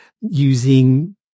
using